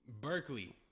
Berkeley